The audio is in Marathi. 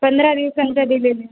पंधरा दिवसांचा दिलेली